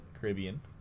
caribbean